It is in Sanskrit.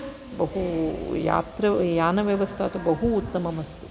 बहू यात्रौ यानव्यवस्था तु बहु उत्तममस्ति